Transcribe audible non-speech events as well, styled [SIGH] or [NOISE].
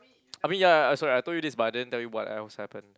[NOISE] I mean ya uh sorry I told you this but I didn't tell you what else happen